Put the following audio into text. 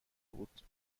بود